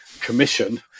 commission